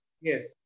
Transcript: Yes